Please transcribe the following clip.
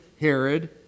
Herod